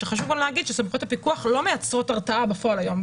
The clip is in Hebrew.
כשחשוב גם להגיד שסמכויות הפיקוח לא מייצרות הרתעה בפועל היום.